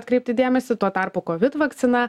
atkreipti dėmesį tuo tarpu kovid vakcina